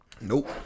Nope